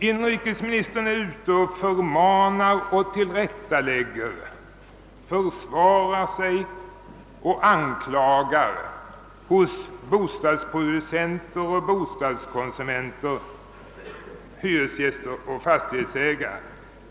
Inrikesministern är ute och förmanar och tillrättalägger, försvarar sig och anklagar hos bostadsproducenter och bostadskonsumenter, hyresgäster och fastighetsägare.